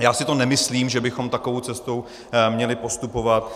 Já si nemyslím, že bychom takovou cestou měli postupovat.